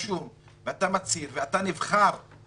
אז דרישת הנוכחות ועבירות האתיקה שחלות